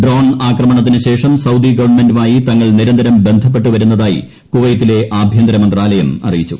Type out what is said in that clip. drone ആക്രമണത്തിനുശേഷം Saudi ഗവൺമെന്റുമായി തങ്ങൾ നിരന്തരം ബന്ധപ്പെട്ടുവരുന്നതായി കുവൈത്തിലെ ആഭ്യന്തര മന്ത്രാലയം അറിയിച്ചു